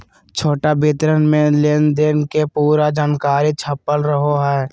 छोटा विवरण मे लेनदेन के पूरा जानकारी छपल रहो हय